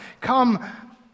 Come